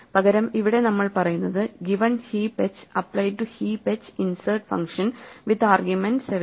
പകരം ഇവിടെ നമ്മൾ പറയുന്നത് given heap h apply to heap h insert function with argument 17